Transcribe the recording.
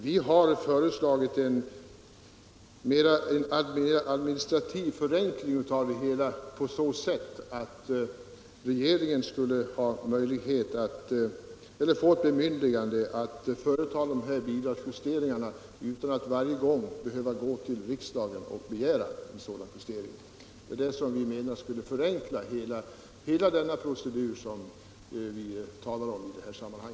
Vi har föreslagit en administrativ förenkling på så sätt att regeringen skulle få ett bemyndigande att företa bidragsjusteringar utan att varje gång behöva gå till riksdagen och begära en sådan justering. Det menar vi skulle förenkla den procedur vi talar om i detta sammanhang.